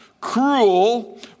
Cruel